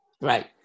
right